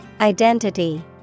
Identity